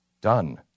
Done